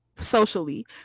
socially